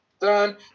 done